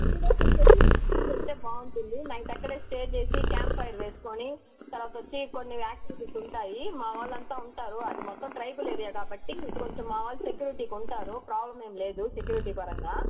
two days వచ్చేసి trekking వెళ్తే బాగుంటుంది నైట్ అక్కడే స్టే చేసి క్యాంప్ఫైర్ వేసుకొని తర్వాత వచ్చి కొన్ని యాక్టీవిటీస్ ఉంటాయి మా వాళ్ళు అంతా ఉంటారు అది మొత్తం ట్రైబల్ ఏరియా కాబట్టి కొంచెం మావాళ్ళు సెక్యూరిటీ ఉంటారు ప్రాబ్లమ్ ఏమి లేదు సెక్యూరిటీ పరంగా